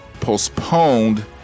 postponed